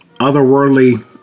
otherworldly